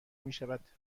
میشود